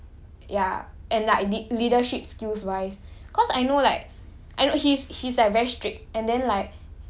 don't know how to appreciate people like ya and like lead~ leadership skills wise cause I know like